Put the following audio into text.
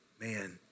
man